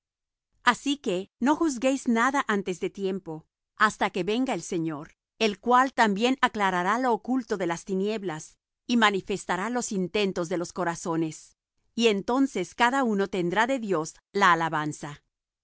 así que no juzguéis nada antes de tiempo hasta que venga el señor el cual también aclarará lo oculto de las tinieblas y manifestará los intentos de los corazones y entonces cada uno tendrá de dios la alabanza